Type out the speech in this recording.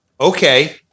Okay